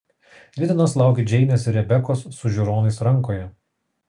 dvi dienas laukiu džeinės ir rebekos su žiūronais rankoje